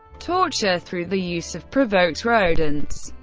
torture through the use of provoked rodents,